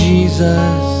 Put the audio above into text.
Jesus